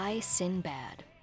Sinbad